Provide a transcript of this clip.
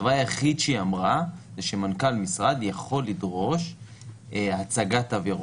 הדבר היחיד שהיא אמרה זה שמנכ"ל משרד יכול לדרוש הצגת תו ירוק.